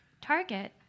Target